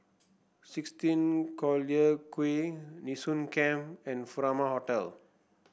sixteen Collyer Quay Nee Soon Camp and Furama Hotel